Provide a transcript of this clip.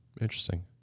Interesting